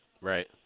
Right